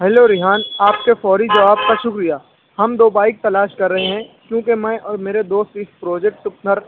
hello Rehan آپ کے فوری جواب کا شکریہ ہم دو بائک تلاش کر رہے ہیں کیونکہ میں اور میرے دوست اس پروجیکٹ پر